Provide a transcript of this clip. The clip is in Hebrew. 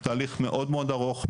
זה הליך מאוד מאוד ארוך,